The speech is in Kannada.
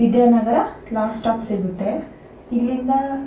ವಿದ್ಯಾನಗರ ಲಾಸ್ ಟಾಪ್ ಸಿಗುತ್ತೆ ಇಲ್ಲಿಂದ